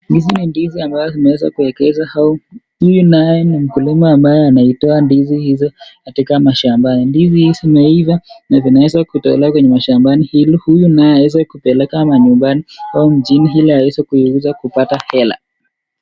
Ndizi ambayo zimeweza kuegeza na kuna mkulima anayetoa ndizi hizo katika mashambani. Zimeiva na zinaweza kutolewa mashambani ili huyu aweze kupeleka manyumbani au mjini ili aweze kuyaauza apate hela.